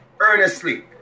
earnestly